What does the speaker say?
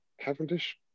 Cavendish